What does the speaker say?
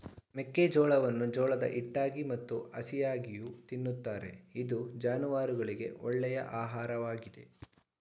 ಮೆಕ್ಕೆಜೋಳವನ್ನು ಜೋಳದ ಹಿಟ್ಟಾಗಿ ಮತ್ತು ಹಸಿಯಾಗಿಯೂ ತಿನ್ನುತ್ತಾರೆ ಇದು ಜಾನುವಾರುಗಳಿಗೆ ಒಳ್ಳೆಯ ಆಹಾರವಾಗಿದೆ